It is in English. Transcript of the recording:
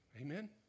Amen